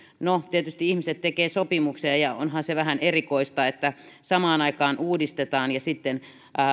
no tietysti ihmiset tekevät sopimuksia ja onhan se vähän erikoista että samaan aikaan uudistetaan ja sitten